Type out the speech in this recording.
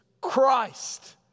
Christ